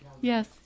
Yes